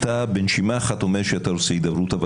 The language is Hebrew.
אתה בנשימה אחת אומר אתה רוצה הידברות אבל